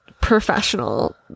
professional